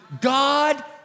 God